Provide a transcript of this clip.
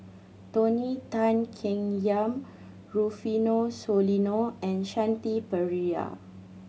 Tony Tan Keng Yam Rufino Soliano and Shanti Pereira